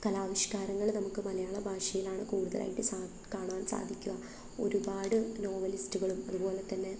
കലാവിഷ്ക്കാരങ്ങള് നമുക്ക് മലയാള ഭാഷയിലാണ് കൂടുതലായിട്ട് സാ കാണാൻ സാധിക്കുക ഒരുപാട് നോവലിസ്റ്റുകളും അതുപോലെതന്നെ